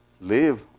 live